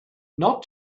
not